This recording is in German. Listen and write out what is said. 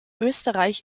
österreich